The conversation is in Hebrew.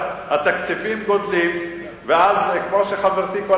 התקציבים גדלים ואז כמו שחברתי שלי יחימוביץ